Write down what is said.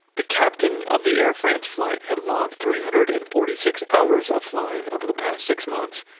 the captain of the air france flight had logged three hundred and forty six hours of flying over the past six months.